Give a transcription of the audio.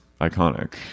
iconic